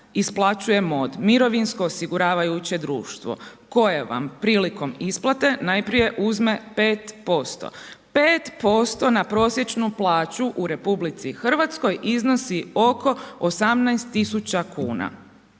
isplaćuje MOD – Mirovinsko osiguravajuće društvo koje vam prilikom isplate najprije uzme 5%. 5% na prosječnu plaću u RH iznosi oko 18 tisuća kuna.